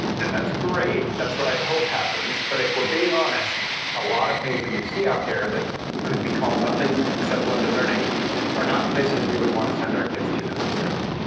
and that's great. that's what i hope happens, but if we're being honest a lot of things that you see out there that could be called nothing except blended learning are not places we would want to send our kids to necessarily.